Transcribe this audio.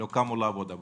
לעבודה הבוקר.